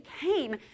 came